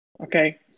Okay